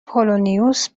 پولونیوس